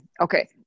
okay